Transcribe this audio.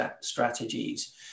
strategies